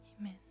Amen